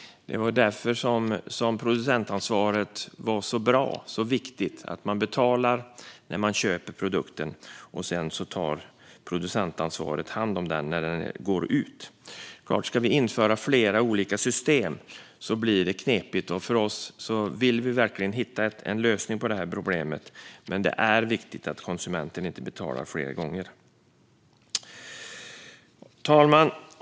Det var därför producentansvaret var så bra och så viktigt. Man betalar när man köper produkten, och sedan säkrar producentansvaret att den tas om hand när den går ut. Ska vi införa flera olika system blir det knepigt. Vi vill verkligen hitta en lösning på detta problem, men det är viktigt att konsumenten inte betalar flera gånger. Fru talman!